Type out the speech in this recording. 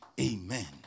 Amen